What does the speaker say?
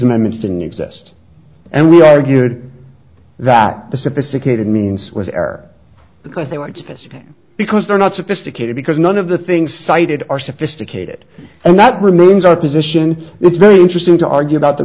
amendments in exist and we argued that the sophisticated means was error because they liked this because they're not sophisticated because none of the things cited are sophisticated and that remains our position it's very interesting to argue about the